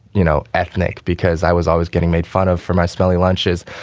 you know, ethnic because i was always getting made fun of for my smelly lunches.